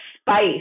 spice